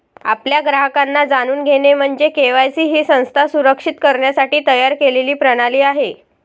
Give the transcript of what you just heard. आपल्या ग्राहकांना जाणून घेणे म्हणजे के.वाय.सी ही संस्था सुरक्षित करण्यासाठी तयार केलेली प्रणाली आहे